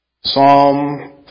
Psalm